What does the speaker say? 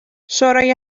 شورای